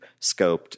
scoped